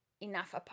enough